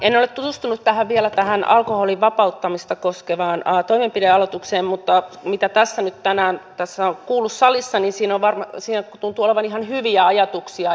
en ole tutustunut vielä tähän alkoholin vapauttamista koskevaan toimenpidealoitteeseen mutta mitä tässä nyt tänään on kuullut salissa niin siinä tuntuu olevan ihan hyviä ajatuksia